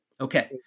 Okay